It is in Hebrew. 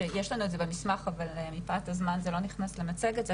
יש לנו את זה במסמך אבל מפאת הזמן זה לא נכנס למצגת,